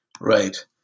Right